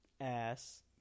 ass